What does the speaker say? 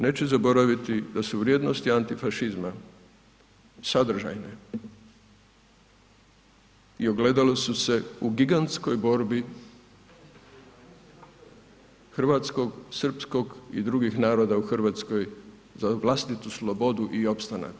Neće zaboraviti da su vrijednosti antifašizma sadržajne i ogledali su se u gigantskoj borbi hrvatskog, srpskog i drugih naroda u Hrvatskoj za vlastitu slobodu i opstanak.